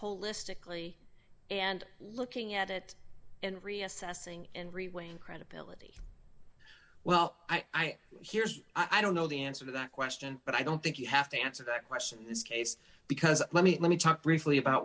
holistically and looking at it and reassessing and revealing credibility well i i here's i don't know the answer to that question but i don't think you have to answer that question in this case because let me let me talk briefly about